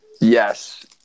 Yes